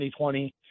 2020